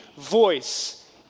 voice